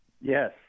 Yes